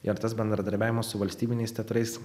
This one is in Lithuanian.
ir tas bendradarbiavimas su valstybiniais teatrais